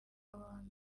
abami